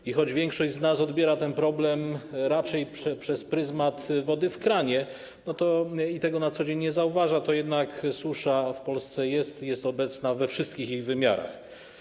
I choć większość z nas odbiera ten problem raczej przez pryzmat wody w kranie i tego na co dzień nie zauważa, to jednak susza w Polsce jest obecna we wszystkich jej wymiarach.